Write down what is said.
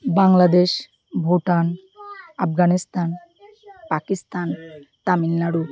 Bangladesh Bhutan Afghanistan Pakistan Tamil Nadu